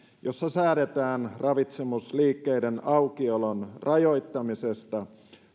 jossa säädetään ravitsemusliikkeiden aukiolon rajoittamisesta